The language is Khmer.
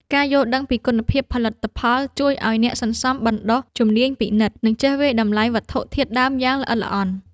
ការយល់ដឹងពីគុណភាពផលិតផលជួយឱ្យអ្នកសន្សំបណ្ដុះជំនាញពិនិត្យ និងចេះវាយតម្លៃវត្ថុធាតុដើមយ៉ាងល្អិតល្អន់។